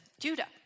Judah